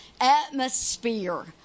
atmosphere